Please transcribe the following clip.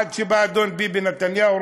עד שבא אדון ביבי נתניהו,